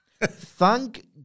Thank